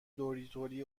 دوریتوی